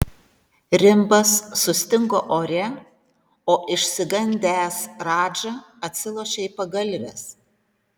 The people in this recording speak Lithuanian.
rimbas sustingo ore o išsigandęs radža atsilošė į pagalves